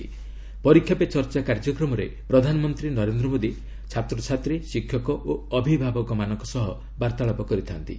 'ପରୀକ୍ଷା ପେ ଚର୍ଚ୍ଚା' କାର୍ଯ୍ୟକ୍ରମରେ ପ୍ରଧାନମନ୍ତ୍ରୀ ନରେନ୍ଦ୍ର ମୋଦୀ ଛାତ୍ରଛାତ୍ରୀ ଶିକ୍ଷକ ଓ ଅବିଭାବକ ମାନଙ୍କ ସହ ବାର୍ତ୍ତାଳାପ କରିଥାନ୍ତି